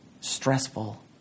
stressful